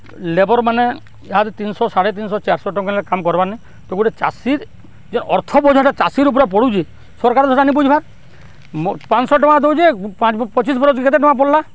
ଲେବର୍ମାନେ ଇହାଦେ ତିନ୍ଶହ ସାଢ଼େ ତିନିଶହ ଚାର୍ଶହ ଟଙ୍କା ନିହେଲେ କାମ୍ କର୍ବାର୍ନି ତ ଗୁଟେ ଚାଷୀର୍ ଯେନ୍ ଅର୍ଥ ବୋଝଟା ଚାଷୀର୍ ଉପ୍ରେ ପଡ଼ୁଛେ ସର୍କାର୍ ତ ସେଟା ନିବୁଝ୍ବାର୍ ପାଁଶହ ଟଙ୍କା ଦଉଚେ ପାଞ୍ଚ୍ ପଚିଶ୍ ବରଷ୍କେ କେତେ ଟଙ୍କା ପଡ଼୍ଲା